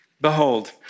Behold